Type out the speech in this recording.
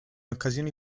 occasioni